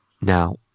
Now